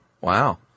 wow